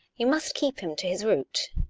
you must keep him to his route?